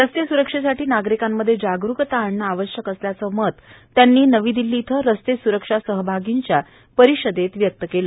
रस्ते स्ररक्षेसाठी नागरिकांमध्ये जागरूकता आणणं आवश्यक असल्याचं मत त्यांनी नवी दिल्ली इथं रस्ते स्वरक्षा सहभागींच्या परिषदेत व्यक्त केलं